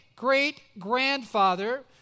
great-grandfather